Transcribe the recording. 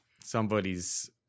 Somebody's